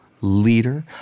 leader